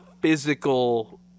Physical